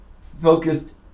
focused